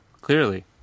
clearly